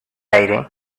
aire